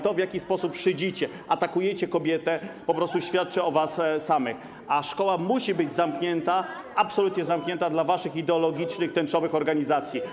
To, w jaki sposób szydzicie, atakujecie kobietę, świadczy o was samych, a szkoła musi być zamknięta, absolutnie zamknięta dla waszych ideologicznych, tęczowych organizacji.